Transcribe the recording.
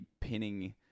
pinning